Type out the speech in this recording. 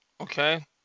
Okay